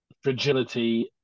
fragility